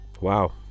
Wow